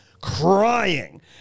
crying